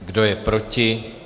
Kdo je proti?